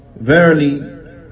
verily